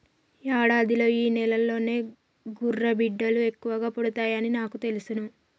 యాడాదిలో ఈ నెలలోనే గుర్రబిడ్డలు ఎక్కువ పుడతాయని నాకు తెలుసును